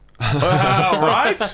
Right